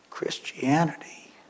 Christianity